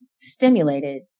stimulated